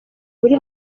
buri